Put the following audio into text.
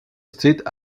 street